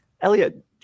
Elliot